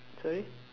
sorry